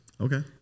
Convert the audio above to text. Okay